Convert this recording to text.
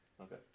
Okay